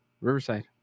Riverside